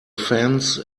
fence